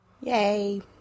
Yay